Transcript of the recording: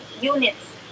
units